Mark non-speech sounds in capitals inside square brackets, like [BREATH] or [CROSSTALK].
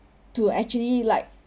[BREATH] to actually like